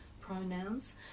pronouns